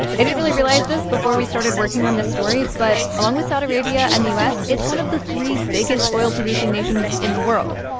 i don't really realize this before we started working on this story, but along with saudi arabia and the u s, it's one of the three biggest oil producing nations in the world.